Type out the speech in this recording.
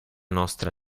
nostra